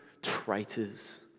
traitors